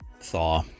thaw